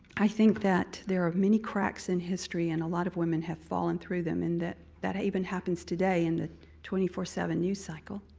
i think that there are many cracks in history and a lot of women have fallen through them and that that even happens today in the twenty four seven news cycle.